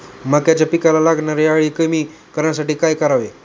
मक्याच्या पिकाला लागणारी अळी कमी करण्यासाठी काय करावे?